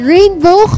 Rainbow